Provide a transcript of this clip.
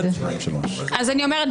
מי נגד?